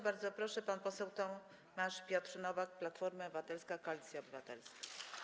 Bardzo proszę, pan poseł Tomasz Piotr Nowak, Platforma Obywatelska - Koalicja Obywatelska.